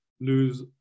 lose